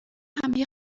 همه